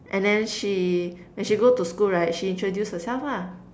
and then she when she go to school right she introduce herself lah